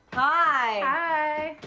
hi.